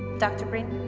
dr. green,